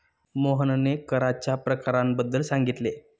मोहनने कराच्या प्रकारांबद्दल सांगितले